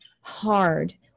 hard